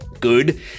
Good